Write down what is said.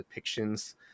depictions